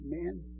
Amen